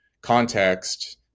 context